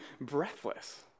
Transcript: breathless